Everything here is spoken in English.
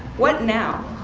what now?